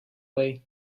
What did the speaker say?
way